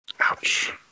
Ouch